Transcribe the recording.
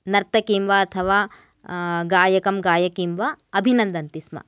नर्तकीं वा अथवा गायकं गायकीं वा अभिनन्दन्ति स्म